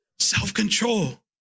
Self-control